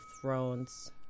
Thrones